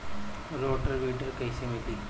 Rotor weeder कईसे मिले?